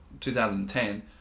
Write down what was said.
2010